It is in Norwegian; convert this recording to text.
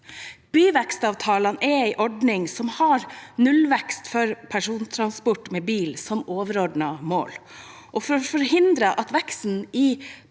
Byvekstavtaler er en ordning som har nullvekst for persontransport med bil som overordnet mål. For å forhindre at veksten i